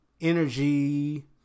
energy